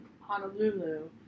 Honolulu